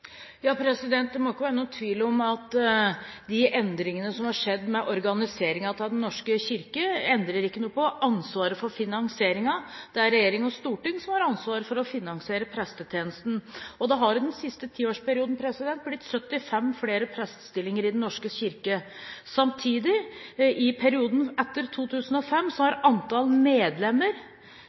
Det må ikke være noen tvil om at de endringene som er skjedd med organiseringen av Den norske kirke, ikke endrer noe på ansvaret for finansieringen. Det er regjering og storting som har ansvaret for å finansiere prestetjenesten, og det har den siste tiårsperioden blitt 75 flere prestestillinger i Den norske kirke. Samtidig, i perioden etter 2005, har antall medlemmer